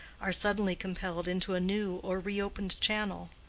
are suddenly compelled into a new or reopened channel.